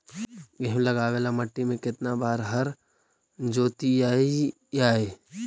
गेहूं लगावेल मट्टी में केतना बार हर जोतिइयै?